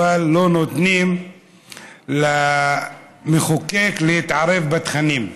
אבל לא נותנים למחוקק להתערב בתכנים.